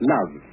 Love